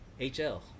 HL